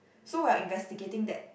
so while investigating that